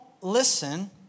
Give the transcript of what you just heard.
listen